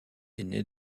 aîné